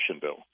bill